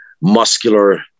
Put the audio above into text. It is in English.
muscular